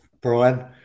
Brian